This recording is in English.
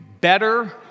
better